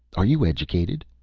are you educated?